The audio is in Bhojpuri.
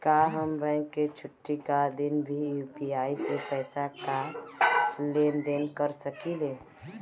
का हम बैंक के छुट्टी का दिन भी यू.पी.आई से पैसे का लेनदेन कर सकीले?